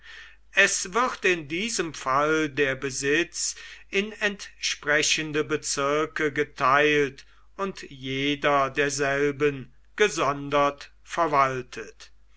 es wird in diesem fall der besitz in entsprechende bezirke geteilt und jeder derselben gesondert verwaltet